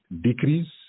decrease